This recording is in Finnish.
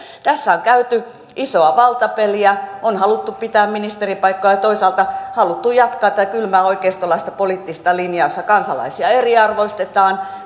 tässä on käyty isoa valtapeliä on haluttu pitää ministerinpaikkoja ja toisaalta haluttu jatkaa tätä kylmää oikeistolaista poliittista linjaa jossa kansalaisia eriarvoistetaan